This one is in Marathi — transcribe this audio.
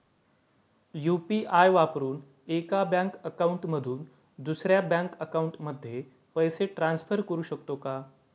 यु.पी.आय वापरून एका बँक अकाउंट मधून दुसऱ्या बँक अकाउंटमध्ये पैसे ट्रान्सफर करू शकतो का?